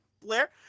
Blair